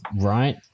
right